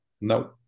No